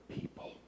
people